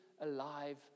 alive